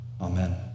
Amen